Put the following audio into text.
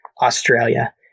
Australia